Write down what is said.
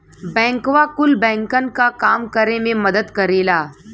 बैंकवा कुल बैंकन क काम करे मे मदद करेला